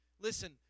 Listen